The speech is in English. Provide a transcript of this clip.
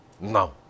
now